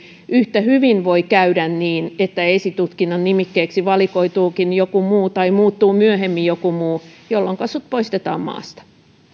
yhtä hyvin voi käydä niin että esitutkinnan nimikkeeksi valikoituukin joku muu tai muuttuu myöhemmin joku muu jolloinka sinut poistetaan maasta